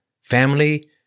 family